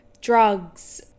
drugs